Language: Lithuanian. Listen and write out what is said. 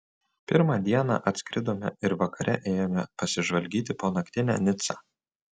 pirmą dieną atskridome ir vakare ėjome pasižvalgyti po naktinę nicą